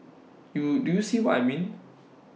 you do you see what I mean